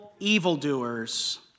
evildoers